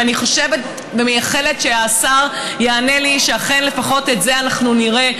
ואני חושבת ומייחלת שהשר ייענה לי ואכן לפחות את זה אנחנו נראה.